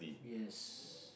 yes